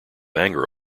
anger